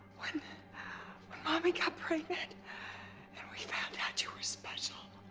when when mommy got pregnant and we found out you were special,